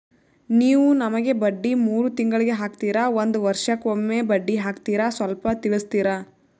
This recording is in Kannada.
ನೀವು ನಮಗೆ ಬಡ್ಡಿ ಮೂರು ತಿಂಗಳಿಗೆ ಹಾಕ್ತಿರಾ, ಒಂದ್ ವರ್ಷಕ್ಕೆ ಒಮ್ಮೆ ಬಡ್ಡಿ ಹಾಕ್ತಿರಾ ಸ್ವಲ್ಪ ತಿಳಿಸ್ತೀರ?